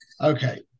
Okay